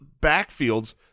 backfields